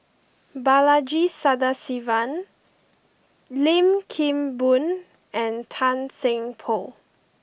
Balaji Sadasivan Lim Kim Boon and Tan Seng Poh